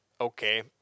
okay